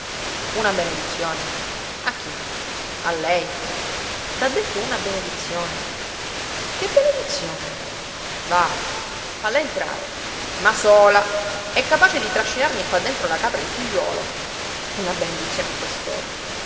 una benedizione a chi a lei t'ha detto una benedizione che benedizione va falla entrare ma sola è capace di trascinarmi qua dentro la capra e il figliuolo una benedizione a